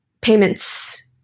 payments